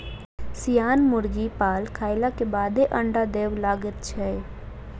सियान मुर्गी पाल खयलाक बादे अंडा देबय लगैत छै